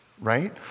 right